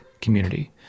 community